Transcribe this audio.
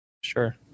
Sure